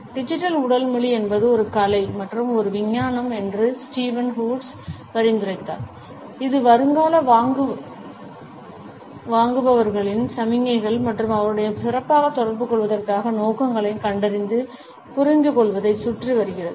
digital உடல் மொழி என்பது ஒரு கலை மற்றும் ஒரு விஞ்ஞானம் என்று ஸ்டீவன் வூட்ஸ் பரிந்துரைத்தார் இது வருங்கால வாங்குபவர்களின் சமிக்ஞைகள் மற்றும் அவர்களுடன் சிறப்பாக தொடர்புகொள்வதற்கான நோக்கங்களை கண்டறிந்து புரிந்துகொள்வதைச் சுற்றி வருகிறது